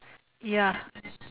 ya